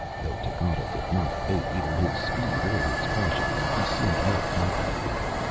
though techotl did not abate either his speed or his caution, he seemed more confident now.